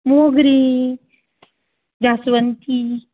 मोगरी जासवंती